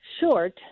short